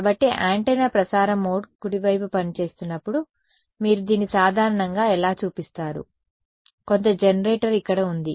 కాబట్టి యాంటెన్నా ప్రసార మోడ్ కుడివైపు పనిచేస్తున్నప్పుడు మీరు దీన్ని సాధారణంగా ఎలా చూపిస్తారు కొంత జనరేటర్ ఇక్కడ ఉంది